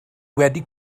wedi